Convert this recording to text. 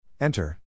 Enter